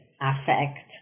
affect